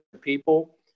people